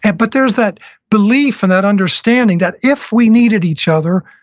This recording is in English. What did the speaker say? and but there's that belief and that understanding that if we needed each other,